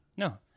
No